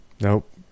Nope